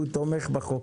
שהוא תומך בחוק,